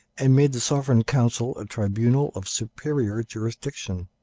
and made the sovereign council a tribunal of superior jurisdiction.